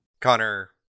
Connor